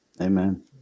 Amen